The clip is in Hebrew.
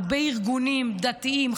הרבה ארגונים דתיים,